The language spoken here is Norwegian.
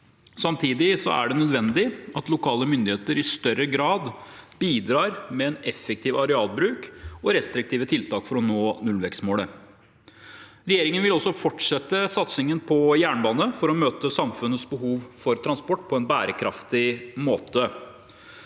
Samtidig er det nødvendig at lokale myndigheter i større grad bidrar med en effektiv arealbruk og restriktive tiltak for å nå nullvekstmålet. Regjeringen vil også fortsette satsingen på jernbane for å møte samfunnets behov for transport på en bærekraftig måte.